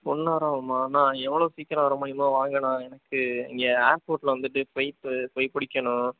one hour ஆகுமா அண்ணா எவ்வளோ சீக்கிரம் வர முடியுமோ வாங்கணா எனக்கு இங்கே ஏர்போர்டில் வந்துவிட்டு ஃப்ளைட்டு போய் பிடிக்கணும்